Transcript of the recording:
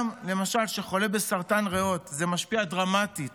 למשל, כשאדם חולה בסרטן ריאות, זה משפיע דרמטית